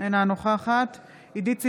אינה נוכחת עידית סילמן,